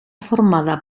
formada